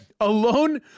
Alone